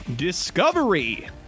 Discovery